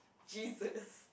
Jesus